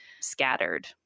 scattered